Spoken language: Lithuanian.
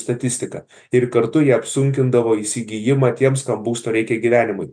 statistiką ir kartu jie apsunkindavo įsigijimą tiems kas būsto reikia gyvenimui